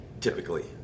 typically